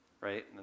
right